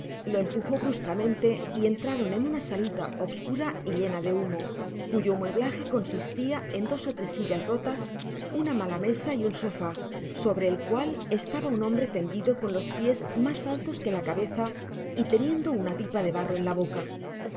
lo empujo bruscamente y entraron en una salita obscura y llena de humo cuyo mueblaje consistia en dos ó tres sillas rotas una mala mesa y un sofá sobre el cual estaba un hombre tendido con los pies mas altos que la cabeza y teniendo una pipa de barro en la boca